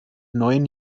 neun